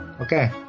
Okay